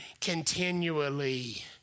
continually